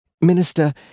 Minister